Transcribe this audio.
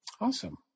Awesome